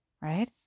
right